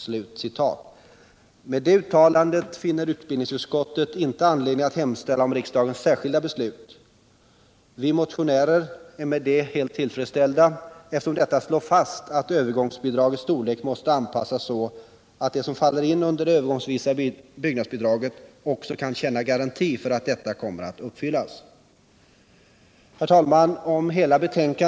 Efter detta uttalande finner utbildningsutskottet inte Vi motionärer är också helt till freds med detta, eftersom utskottet slår fast att övergångsbidragets storlek måste anpassas så att de som uppfyller kraven för detta byggnadsbidrag också har en garanti för att åtagandena kommer att infrias. Herr talman!